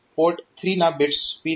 port 3 ના bits P3